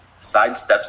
sidesteps